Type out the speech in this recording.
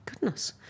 goodness